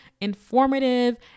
informative